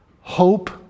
hope